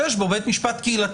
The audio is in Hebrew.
שיש בו בית משפט קהילתי.